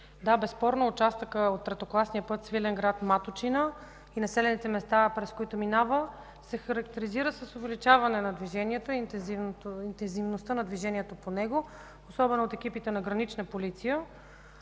Да, безспорно участъкът от третокласния път Свиленград – Маточина и населените места, през които минава, се характеризира с увеличаване интензивността на движението по него, особено от екипите на „Гранична полиция”,